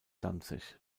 danzig